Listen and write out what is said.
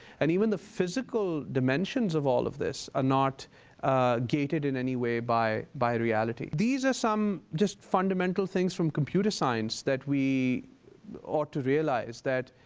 and even the physical dimensions of all of this are not gated in any way by by reality. these are some just fundamental things from computer science that we ought to realize, that